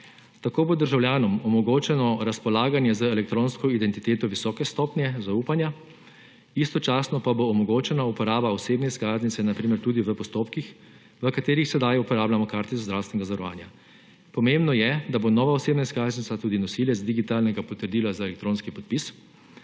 Tako bo državljanom omogočeno razpolaganje z elektronsko identiteto visoke stopnje zaupanja, istočasno pa bo omogočena uporaba osebne izkaznice na primer tudi v postopkih, v katerih sedaj uporabljamo kartico zdravstvenega zavarovanja. Pomembno je, da bo nova osebna izkaznica tudi nosilec digitalnega potrdila za elektronski podpis,